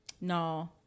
no